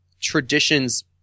traditions